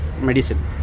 medicine